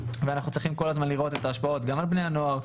ואנחנו צריכים כל הזמן לראות את ההשפעות גם על בני הנוער,